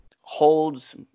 holds –